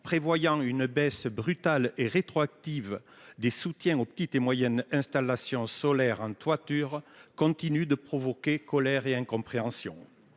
relatif à la baisse brutale et rétroactive des soutiens aux petites et moyennes installations solaires en toiture continue de provoquer colère et incompréhension.